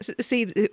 See